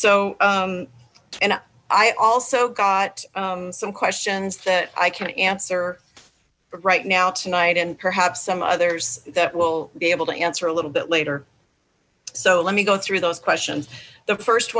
so and i also got some questions that i can answer right now tonight and perhaps some others that we'll be able to answer a little bit later so let me go through those questions the first